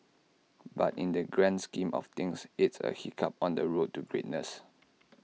but in the grand scheme of things it's A hiccup on the road to greatness